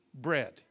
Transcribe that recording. bread